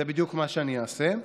זה בדיוק מה שאני אעשה.